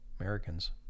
Americans